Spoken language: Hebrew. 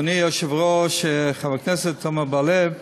אדוני היושב-ראש, חבר הכנסת עמר בר-לב,